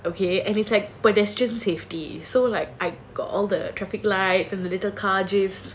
okay and it's like pedestrian safety so like I got all the traffic lights and the little car gifts